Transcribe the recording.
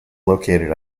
located